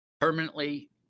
permanently